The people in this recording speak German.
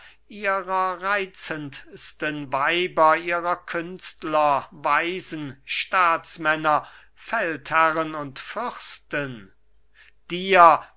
ihrer reitzendsten weiber ihrer künstler weisen staatsmänner feldherren und fürsten dir